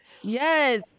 Yes